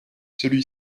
celui